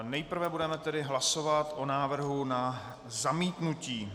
Nejprve budeme tedy hlasovat o návrhu na zamítnutí.